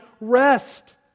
rest